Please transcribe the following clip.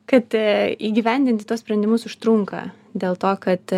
kad įgyvendinti tuos sprendimus užtrunka dėl to kad